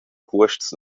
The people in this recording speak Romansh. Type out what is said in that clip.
cuosts